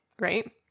right